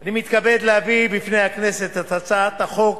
אני מתכבד להביא בפני הכנסת את הצעת חוק